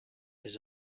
his